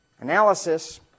Analysis